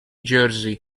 jersey